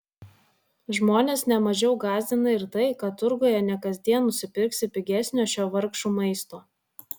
žmones ne mažiau gąsdina ir tai kad turguje ne kasdien nusipirksi pigesnio šio vargšų maisto